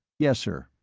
yes, sir.